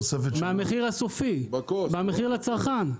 מהמחיר הסופי, מהמחיר לצרכן.